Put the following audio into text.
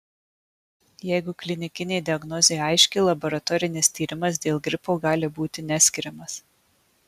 jeigu klinikinė diagnozė aiški laboratorinis tyrimas dėl gripo gali būti neskiriamas